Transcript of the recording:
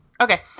Okay